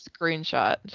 screenshot